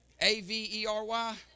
A-V-E-R-Y